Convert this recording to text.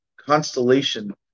constellation